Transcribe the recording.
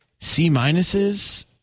C-minuses